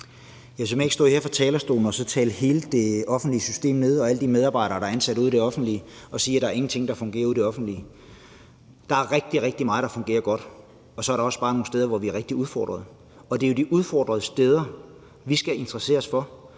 Jeg kan simpelt hen ikke stå her på talerstolen og tale hele det offentlige system og alle de medarbejdere, der er ansat i det offentlige, ned og sige, at der er ingenting, der fungerer i det offentlige. Der er rigtig, rigtig meget, der fungerer godt, og så er der også bare nogle steder, hvor vi er rigtig udfordret. Det er jo de udfordrede steder, vi skal interessere os for,